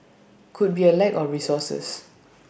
could be A lack of resources